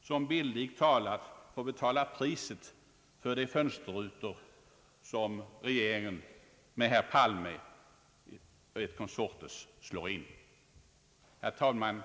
som bildligt talat får betala priset för de fönsterrutor som regeringen med herr Palme et consortes slår in. Herr talman!